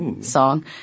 song